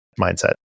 mindset